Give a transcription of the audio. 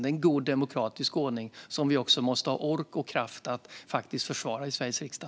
Det är en god demokratisk ordning som vi måste ha ork och kraft att försvara i Sveriges riksdag.